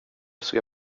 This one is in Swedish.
ska